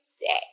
day